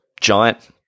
giant –